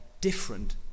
different